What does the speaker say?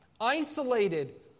isolated